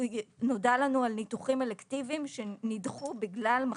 לא נודע לנו על ניתוחים אלקטיביים שנדחו בגלל מחסור.